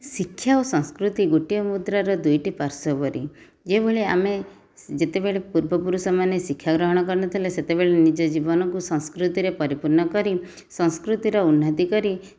ଶିକ୍ଷା ଓ ସଂସ୍କୃତି ଗୋଟିଏ ମୁଦ୍ରାର ଦୁଇଟିପାର୍ଶ୍ଵ ପରି ଯେଉଁଭଳି ଆମେ ଯେତେବେଳେ ପୂର୍ବପୁରୁଷମାନେ ଶିକ୍ଷାଗ୍ରହଣ କରିନଥିଲେ ସେତେବେଳେ ନିଜ ଜୀବନକୁ ସଂସ୍କୃତିରେ ପରିପୂର୍ଣ୍ଣ କରି ସଂସ୍କୃତିର ଉନ୍ନତି କରି